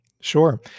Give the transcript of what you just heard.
Sure